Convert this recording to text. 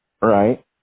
Right